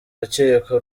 rukiko